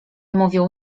mówią